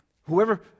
Whoever